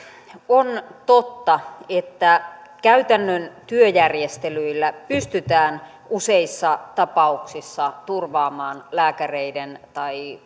on totta että käytännön työjärjestelyillä pystytään useissa tapauksissa turvaamaan lääkäreiden tai